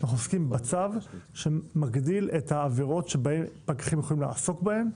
אנחנו עוסקים בצו שמגדיל את העבירות שפקחים יכולים לעסוק בהן,